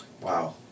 Wow